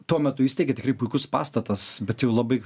tuo metu įsteigė tikrai puikus pastatas bet jau labai